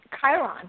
chiron